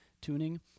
tuning